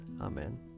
Amen